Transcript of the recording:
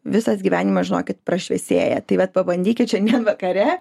visas gyvenimas žinokit prašviesėja tai vat pabandykit šiandien vakare